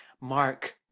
Mark